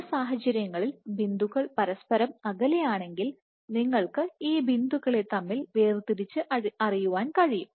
ചില സാഹചര്യങ്ങളിൽ ബിന്ദുക്കൾ പരസ്പരം അകലെയാണെങ്കിൽ നിങ്ങൾക്ക് ഈ ബിന്ദുക്കൾ തമ്മിൽ വേർതിരിച്ച് അറിയുവാൻ കഴിയും